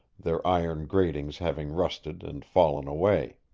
their iron gratings having rusted and fallen away.